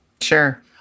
Sure